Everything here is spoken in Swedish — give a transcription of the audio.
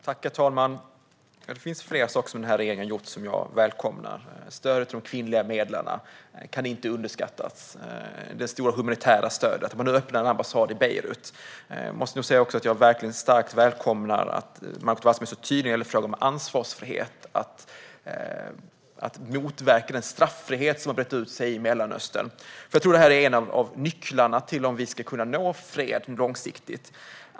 Herr talman! Det finns flera saker som regeringen har gjort som jag välkomnar. Stödet för de kvinnliga medlarna kan inte överskattas och inte heller det stora humanitära stödet. Nu öppnar man en ambassad i Beirut. Jag välkomnar starkt att Margot Wallström är så tydlig när det gäller frågan om ansvarsfrihet och att motverka den straffrihet som har brett ut sig i Mellanöstern. Jag tror att det är en av nycklarna om vi ska kunna nå fred långsiktigt.